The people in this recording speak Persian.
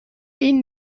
این